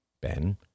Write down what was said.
Ben